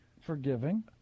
Forgiving